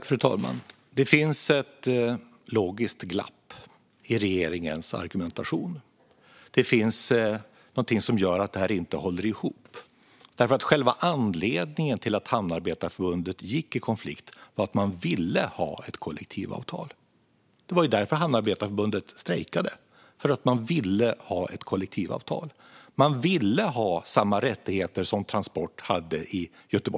Fru talman! Det finns ett logiskt glapp i regeringens argumentation. Det är något som gör att detta inte håller ihop. Själva anledningen till att Hamnarbetarförbundet gick i konflikt var att man ville ha ett kollektivavtal. Det var därför Hamnarbetarförbundet strejkade. Man ville ju ha ett kollektivavtal. Man ville ha samma rättigheter som Transport hade i Göteborg.